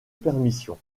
permission